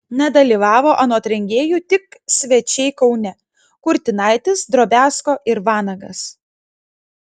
nedalyvavo anot rengėjų tik svečiai kaune kurtinaitis drobiazko ir vanagas